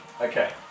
Okay